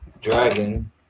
Dragon